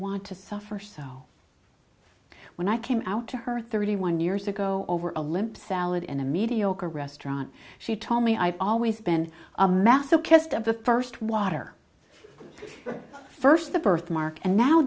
want to suffer so when i came out to her thirty one years ago over a limp salad in a mediocre restaurant she told me i've always been a masochist of the first water first the birthmark and now